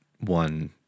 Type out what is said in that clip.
one